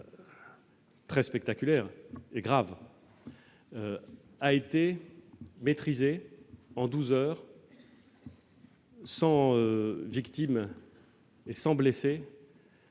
très spectaculaire et grave a été maîtrisé en douze heures, sans victime ni blessé,